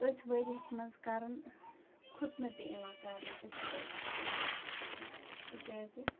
أتھۍ ؤرِیَس منٛز کَرُن خُتنہٕ تہِ یِوان کرنہٕ أتھی ؤرِیَس منٛز تِکیٛازِ